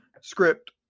script